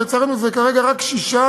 לצערנו כרגע זה רק שש,